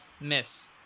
miss